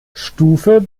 stufe